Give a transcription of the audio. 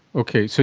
okay, so